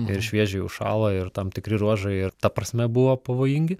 ir šviežiai užšąla ir tam tikri ruožai ir ta prasme buvo pavojingi